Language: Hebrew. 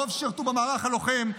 הרוב שירתו במערך הלוחם,